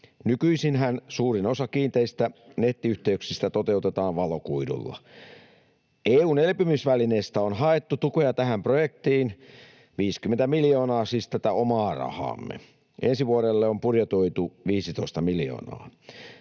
Nykyisinhän suurin osa kiinteistä nettiyhteyksistä toteutetaan valokuidulla. EU:n elpymisvälineestä on haettu tukea tähän projektiin 50 miljoonaa, siis tätä omaa rahaamme. Ensi vuodelle on budjetoitu 15 miljoonaa.